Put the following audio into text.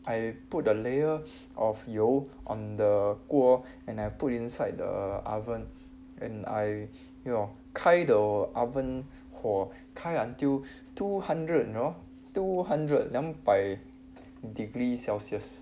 I put the layer of 油 on the 锅 and I put inside the oven and I you know 开 the oven 火开 until two hundred you know two hundred 两百 degree celsius